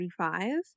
35